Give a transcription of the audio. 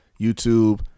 YouTube